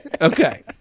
Okay